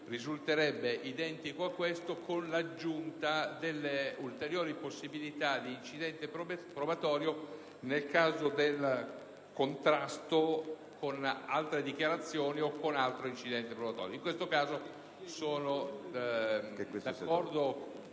5.0.200 (testo 2), con l'aggiunta delle ulteriori possibilità di incidente probatorio nel caso del contrasto con altre dichiarazioni o con altro incidente probatorio. In questo caso sono d'accordo